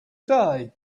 day